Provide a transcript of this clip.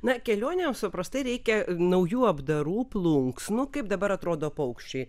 na kelionėms paprastai reikia naujų apdarų plunksnų kaip dabar atrodo paukščiai